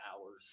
hours